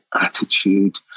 attitude